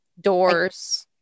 doors